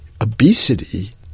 obesity